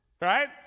Right